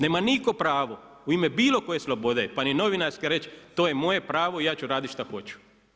Nema nitko pravo u ime bilo koje slobode pa ni novinarske reći to je moje pravo i ja ću raditi što hoću.